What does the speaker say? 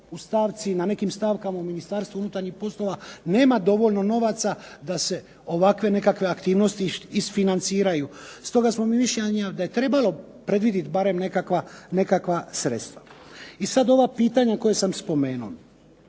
ako na nekim stavkama Ministarstvo unutarnjih poslova nema dovoljno novaca da se ovakve nekakve aktivnosti isfinanciraju stoga smo mi mišljenja da je trebalo predvidjeti barem nekakva sredstva. I sada ova pitanja koja sam spomenuo.